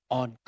on